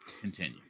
continue